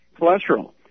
cholesterol